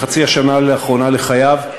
בחצי השנה האחרונה לחייו,